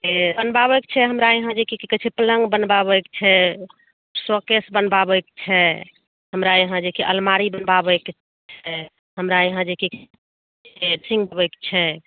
बनबाबऽके छै हमरा यहाँ जे कि की कहै छै पलङ्ग बनबाबैके छै शो केश बनबाबैके छै हमरा यहाँ जेकि अलमारी बनबाबै के छै हमरा यहाँ जेकि ड्रेसिङ्ग बनबैके छै